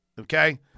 okay